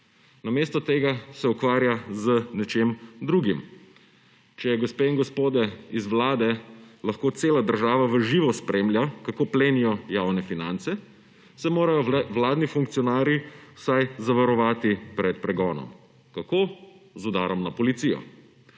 Namesto tega se ukvarja z nečim drugim. Če gospe in gospode z vlade lahko cela država v živo spremlja, kako plenijo javne finance, se morajo vladni funkcionarji vsaj zavarovati pred pregonom. Kako? Z udarom na policijo.